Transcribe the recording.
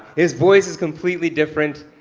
his voice is completely different,